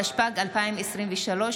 התשפ"ג 2023,